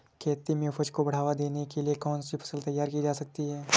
खेती में उपज को बढ़ावा देने के लिए कौन सी फसल तैयार की जा सकती है?